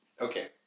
okay